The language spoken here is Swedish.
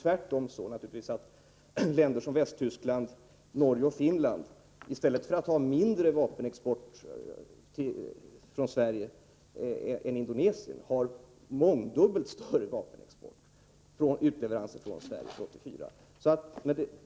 Det är naturligtvis tvärtom så, att länder som Västtyskland, Norge och Finland i stället för att ha en mindre vapenimport från Sverige under 1984 än Indonesien har en mångdubbelt större sådan.